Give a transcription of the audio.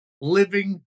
living